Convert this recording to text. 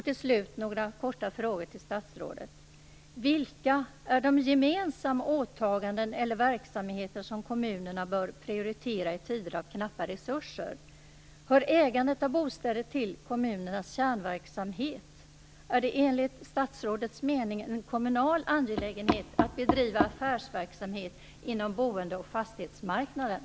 Till slut några korta frågor till statsrådet: Vilka är de gemensamma åtaganden eller verksamheter som kommunerna bör prioritera i tider av knappa resurser? Hör ägandet av bostäder till kommunernas kärnverksamhet? Är det enligt statsrådets mening en kommunal angelägenhet att bedriva affärsverksamhet inom boende och fastighetsmarknaden?